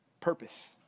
Purpose